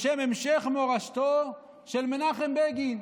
בשם המשך מורשתו של מנחם בגין.